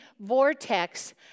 vortex